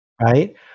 right